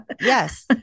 Yes